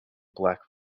black